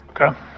Okay